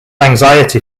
anxiety